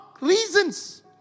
reasons